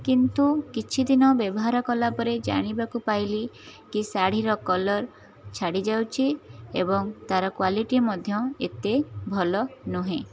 କିନ୍ତୁ କିଛିଦିନ ବ୍ୟବହାର କଲା ପରେ ଜାଣିବାକୁ ପାଇଲି କି ଶାଢ଼ୀର କଲର ଛାଡ଼ିଯାଉଛି ଏବଂ ତା'ର କ୍ଵାଲିଟି ମଧ୍ୟ ଏତେ ଭଲ ନୁହେଁ